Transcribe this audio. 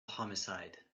homicide